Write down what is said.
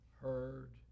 heard